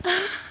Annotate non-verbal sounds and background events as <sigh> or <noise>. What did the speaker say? <laughs>